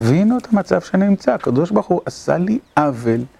הבינו את המצב שאני נמצא, הקדוש ברוך הוא עשה לי עוול